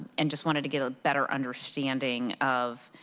and just wanted to get a better understanding of